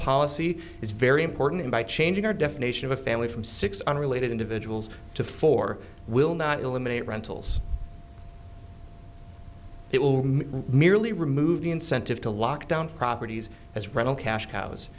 policy is very important and by changing our definition of a family from six unrelated individuals to four will not eliminate rentals it will merely remove the incentive to lock down properties as rental cash cows